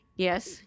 Yes